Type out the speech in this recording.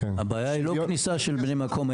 הבעיה היא לא כניסה של בני מקום,